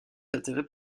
intérêt